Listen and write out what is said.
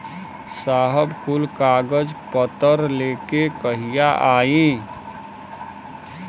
साहब कुल कागज पतर लेके कहिया आई?